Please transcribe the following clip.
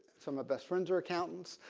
some of best friends are accountants.